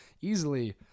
easily